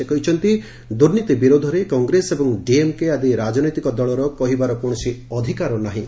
ସେ କହିଛନ୍ତି ଦୁର୍ନୀତି ବିରୋଧରେ କଂଗ୍ରେସ ଏବଂ ଡିଏମ୍କେ ଆଦି ରାଜନୈତିକ ଦଳର କହିବାର କୌଣସି ଅଧିକାର ନାହିଁ